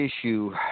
issue